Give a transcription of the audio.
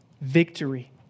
victory